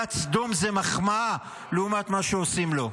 מידת סדום זו מחמאה לעומת מה שעושים לו.